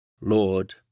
Lord